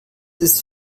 ist